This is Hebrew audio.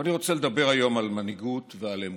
אבל אני רוצה לדבר היום על מנהיגות ועל אמון.